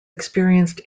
experienced